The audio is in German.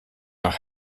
nach